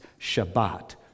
Shabbat